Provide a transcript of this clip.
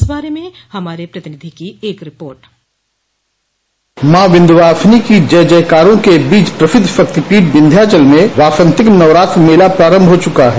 इस बारे में हमारे प्रतिनिधि की एक रिपोर्ट मॉ विन्ध्यवासिनी की जय जयकारों के बीच प्रसिद्ध शक्तिपीठ विन्ध्यांचल में वासन्तिक नवरात्रि मेला प्रारम्भ हो चुका है